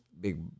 Big